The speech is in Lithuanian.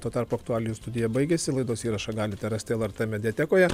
tuo tarpu aktualijų studija baigėsi laidos įrašą galite rasti lrt mediatekoje